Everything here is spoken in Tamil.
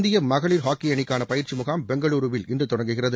இந்திய மகளிர் ஹாக்கி அணிக்கான பயிற்சி முகாம் பெங்களுருவில் இன்று தொடங்குகிறது